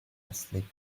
asleep